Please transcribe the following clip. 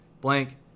blank